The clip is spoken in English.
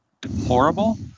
deplorable